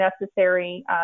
necessary